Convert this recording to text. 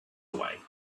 away